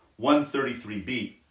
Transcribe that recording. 133b